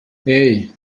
hey